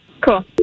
Cool